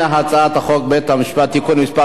ההצעה להעביר את הצעת חוק בתי-המשפט (תיקון מס'